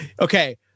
okay